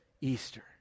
Easter